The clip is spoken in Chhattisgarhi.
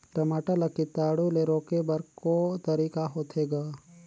टमाटर ला कीटाणु ले रोके बर को तरीका होथे ग?